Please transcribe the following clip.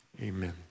amen